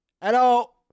Hello